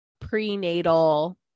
prenatal